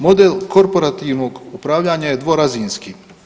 Model korporativnog upravljanja je dvorazinski.